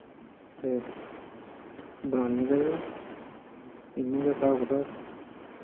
ते बनानियां चाहिदियां इ'यां गै स्हाब कताब